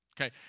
Okay